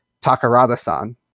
Takarada-san